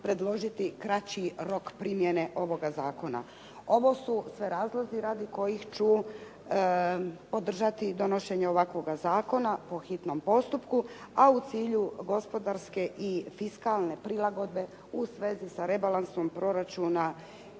predložiti kraći rok primjene ovoga zakona. Ovo su sve razlozi radi kojih ću podržati donošenje ovakvoga zakona po hitnom postupku, a u cilju gospodarske i fiskalne prilagodbe u svezi sa rebalansom proračuna